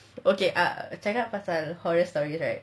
okay cakap pasal horror stories right